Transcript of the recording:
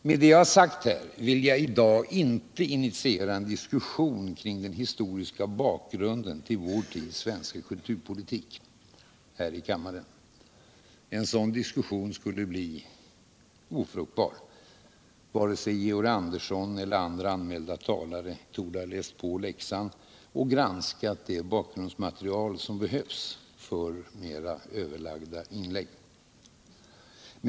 Med det jag sagt vill jag inte i dag här i kammaren dra upp en diskussion kring den historiska bakgrunden till vår tids svenska kulturpolitik. En sådan diskussion skulle bli ofruktbar. Varken Georg Andersson eller andra anmälda talare torde ha läst på läxan och granskat det bakgrundsmaterial som behövs för mera överlagda inlägg.